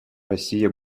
россия